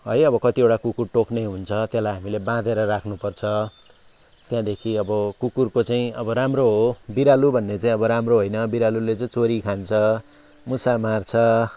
है अब कतिवटा कुकुर टोक्ने हुन्छ त्यसलाई हामीले बाँधेर राख्नु पर्छ त्यहाँदेखि अब कुकुरको चाहिँ अब राम्रो हो बिरालो भन्ने चाहिँ अब राम्रो होइन बिरालोले चाहिँ चोरी खान्छ मुसा मार्छ